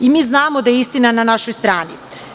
Mi znamo da je istina na našoj strani.